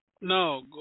No